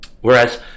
Whereas